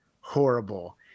horrible